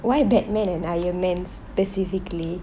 why batman and iron man s~ specifically